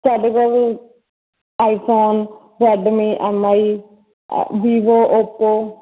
ਸਾਡੇ ਕੋਲ iPhone Redmi M I Vivo Oppo